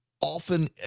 often